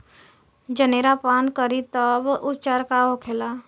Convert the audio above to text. जनेरा पान करी तब उपचार का होखेला?